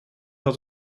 had